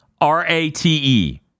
R-A-T-E